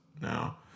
Now